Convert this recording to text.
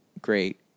great